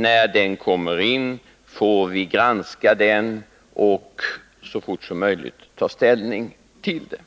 När utredningen kommer in får vi granska den och så fort som möjligt ta ställning till den.